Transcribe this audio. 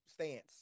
stance